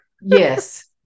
Yes